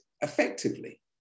effectively